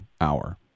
hour